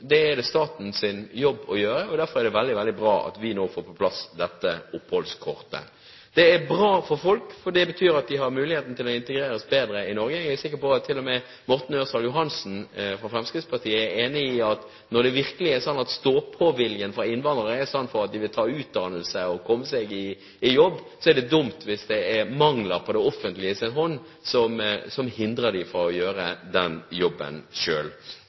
Det er statens jobb. Derfor er det veldig bra at vi nå får på plass dette oppholdskortet. Det er bra for folk, for det betyr at de har muligheten til å integreres bedre i Norge. Jeg er sikker på at til og med Morten Ørsal Johansen fra Fremskrittspartiet er enig i at når innvandrere virkelig har stå-på-vilje, sånn at de vil ta utdannelse og komme seg i jobb, er det dumt hvis mangler fra det offentliges side er det som hindrer dem fra å gjøre jobben selv. Men det får vi altså ordnet opp i nå, og det er veldig bra! Undertegnede var her da det var hans tur til å